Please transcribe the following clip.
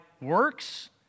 works